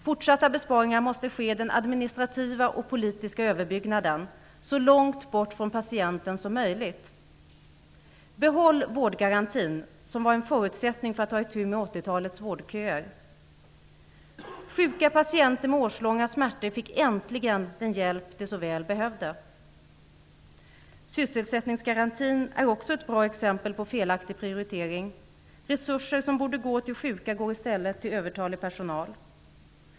Fortsatta besparingar måste ske i den administrativa och politiska överbyggnaden, så långt bort från patienten som möjligt. Behåll vårdgarantin, som var en förutsättning för att ta itu med 1980-talets vårdköer. Sjuka patienter med årslånga smärtor fick äntligen den hjälp som de så väl behövde. Sysselsättningsgarantin är också ett bra exempel på felaktig prioritering - resurser som borde gå till sjuka går i stället till övertalig personal.